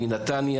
מנתניה,